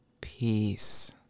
peace